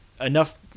enough